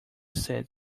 said